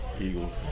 eagles